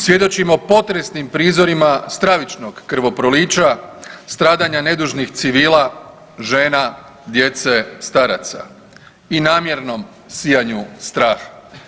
Svjedočimo potresnim prizorima stravičnog krvoprolića, stradanja nedužnih civila, žena, djece, staraca i namjernom sijanju straha.